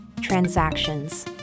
Transactions